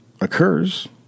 occurs